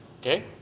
okay